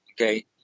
okay